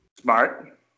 Smart